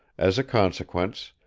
as a consequence,